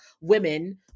women